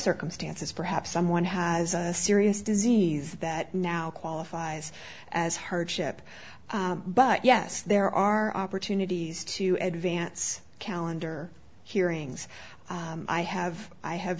circumstances perhaps someone has a serious disease that now qualifies as hardship but yes there are opportunities to advance calendar hearings i have i have